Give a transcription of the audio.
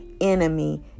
enemy